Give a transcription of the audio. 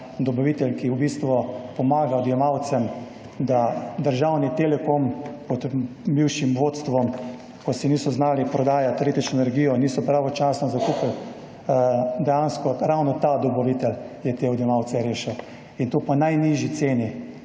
dobavitelj, ki v bistvu pomaga odjemalcem, da državni Telekom pod bivšim vodstvom, ko niso znali prodajati električne energije, niso je pravočasno zakupili, in ravno ta dobavitelj je te odjemalce rešil, in to po najnižji ceni.